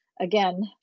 again